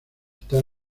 está